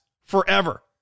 forever